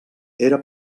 era